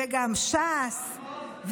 וגם ש"ס,